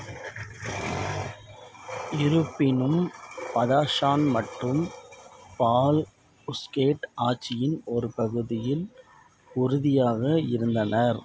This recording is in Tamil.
இருப்பினும் பதக்ஷான் மற்றும் பால்க் உஸ்கேட் ஆட்சியின் ஒரு பகுதியில் உறுதியாக இருந்தனர்